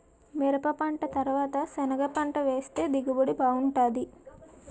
మిరపపంట తరవాత సెనగపంట వేస్తె దిగుబడి బాగుంటాది